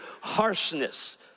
harshness